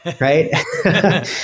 Right